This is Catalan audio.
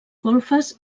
golfes